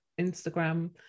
Instagram